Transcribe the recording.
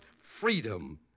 freedom